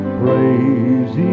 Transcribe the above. praise